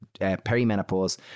perimenopause